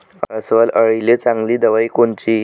अस्वल अळीले चांगली दवाई कोनची?